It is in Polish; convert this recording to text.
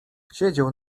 siedział